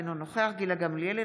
אינו נוכח גילה גמליאל,